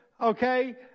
okay